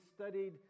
studied